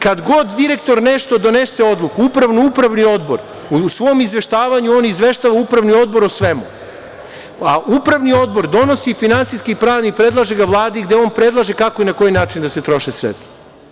Kad god direktor nešto donese odluku, upravnu Upravni odbor, u svom izveštavanju on izveštava Upravni odbor o svemu, a Upravni odbor donosi finansijski i pravni i predlaže ga Vladi, gde on predlaže kako i na koji način da se troše sredstva.